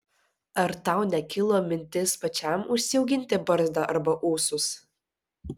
ar tau nekilo mintis pačiam užsiauginti barzdą arba ūsus